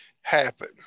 happen